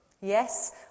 Yes